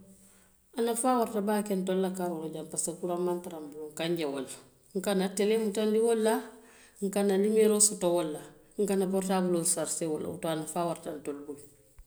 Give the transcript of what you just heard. A nafaa warata baake ntelu karoo la jaŋ baake pasiko kuraŋ maŋ tara n bulu n ka n je wo le n ka n na telee mutandi wo le la, n ka n na liimeeroo soto wo le la, n ka n na porotaabuloo sarasee wo le la woto a nafaa warata ntelu bulu le.